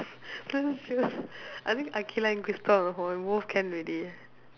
I just feel I think Aqilah and Crystal both can already